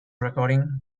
recording